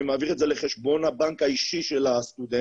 מעביר את זה לחשבון הבנק האישי של הסטודנט,